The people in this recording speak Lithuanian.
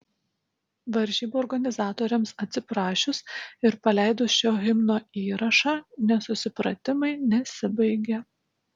varžybų organizatoriams atsiprašius ir paleidus šio himno įrašą nesusipratimai nesibaigė